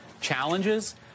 challenges